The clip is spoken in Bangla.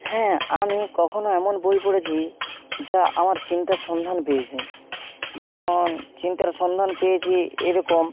হ্যাঁ আমি কখনো এমন বই পড়েছি যা আমার চিন্তার সন্ধান পেয়েছে যেমন চিন্তার সন্ধান পেয়েছি এরকম